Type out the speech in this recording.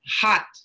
hot